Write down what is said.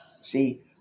See